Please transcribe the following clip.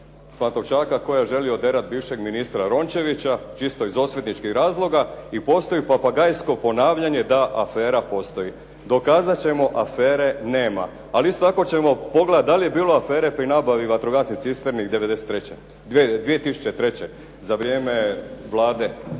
Pantovčaka koja želi oderat bivšeg ministra Rončevića, čisto iz osvetničkih razloga i postoji papagajsko ponavljanje da, afera postoji. Dokazat ćemo, afere nema. Ali isto tako ćemo pogledat da li je bilo afere pri nabavi vatrogasnih cisterni iz 2003. za vrijeme Vlade